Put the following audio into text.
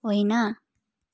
होइन